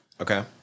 Okay